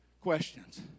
questions